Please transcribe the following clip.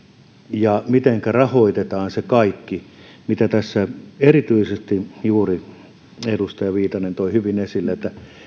ja mitenkä rahoitetaan se kaikki kuten tässä erityisesti juuri edustaja viitanen toi hyvin esille